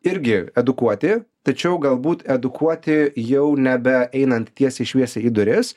irgi edukuoti tačiau galbūt edukuoti jau nebeeinant tiesiai šviesiai į duris